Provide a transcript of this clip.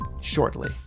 shortly